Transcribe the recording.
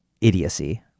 idiocy